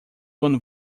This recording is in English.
gone